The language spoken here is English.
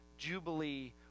jubilee